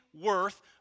worth